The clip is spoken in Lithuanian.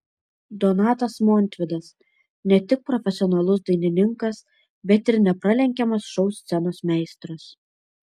donatas montvydas ne tik profesionalus dainininkas bet ir nepralenkiamas šou scenos meistras